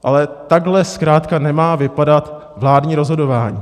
Ale takhle zkrátka nemá vypadat vládní rozhodování.